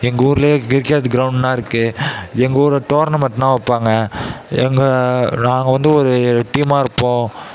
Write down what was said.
எங்கூர்லையே cricket க்ரௌண்ட்னா இருக்கு எங்கள் ஊரில் டோர்னமெண்ட்ன்னா வைப்பாங்க எங்கள் நாங்கள் வந்து ஒரு டீமாக இருப்போம்